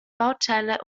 bauteile